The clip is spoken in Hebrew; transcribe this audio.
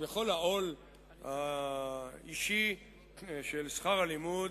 בכל העול האישי של שכר הלימוד